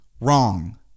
Wrong